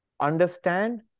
understand